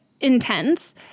intense